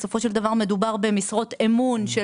בסופו של דבר מדובר במשרות אמון של